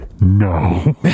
No